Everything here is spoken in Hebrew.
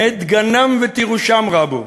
מעת דגנם ותירושם רבו.